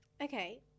Okay